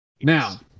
Now